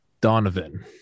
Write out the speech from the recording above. Donovan